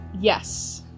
Yes